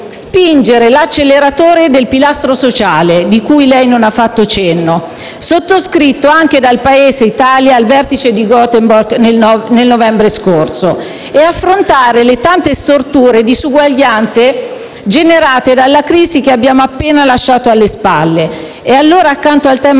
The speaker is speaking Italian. spingere l'acceleratore del pilastro sociale, di cui lei non ha fatto cenno, sottoscritto anche dall'Italia al vertice di Goteborg nel novembre scorso, e affrontare le tante storture e disuguaglianze generate dalla crisi che abbiamo appena lasciato alle spalle. E allora, accanto al tema